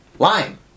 Lime